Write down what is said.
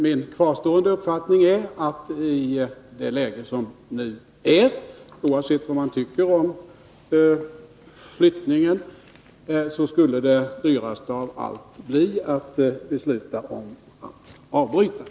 Min kvarstående uppfattning är dock att i det läge vi nu har, oavsett vad man tycker om flyttningen, skulle det dyraste av allt bli att besluta att avbryta den.